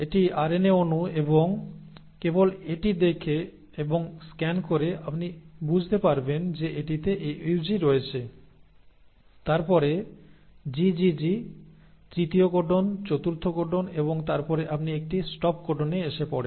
এটি আরএনএ অণু এবং কেবল এটি দেখে এবং স্ক্যান করে আপনি বুঝতে পারবেন যে এটিতে AUG রয়েছে তারপরে GGG তৃতীয় কোডন চতুর্থ কোডন এবং তারপরে আপনি একটি স্টপ কোডনে এসে পড়েন